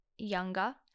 younger